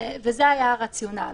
וזה היה הרציונאל.